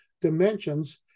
dimensions